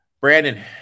Brandon